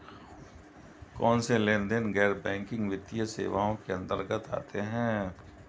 कौनसे लेनदेन गैर बैंकिंग वित्तीय सेवाओं के अंतर्गत आते हैं?